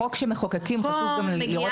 חוק שמחוקקים, חשוב גם לראות איך אוכפים.